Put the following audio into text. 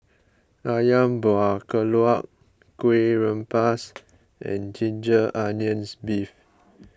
Ayam Buah Keluak Kueh Rengas and Ginger Onions Beef